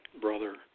brother